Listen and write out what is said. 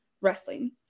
wrestling